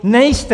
Nejste.